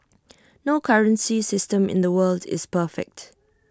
no currency system in the world is perfect